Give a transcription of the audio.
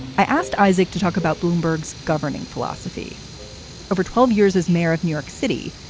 i asked isaac to talk about bloomberg's governing philosophy over twelve years as mayor of new york city.